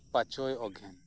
ᱯᱟᱸᱪᱚᱭ ᱚᱜᱷᱟᱱ